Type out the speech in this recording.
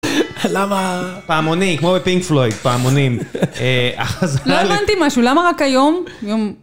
למה פעמוני, כמו בפינק פלויד, פעמונים, אה, אז... לא הבנתי משהו, למה רק היום?